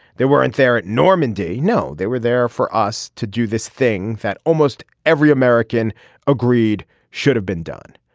there were in there at normandy. no they were there for us to do this thing that almost every american agreed should have been done.